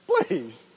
Please